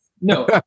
No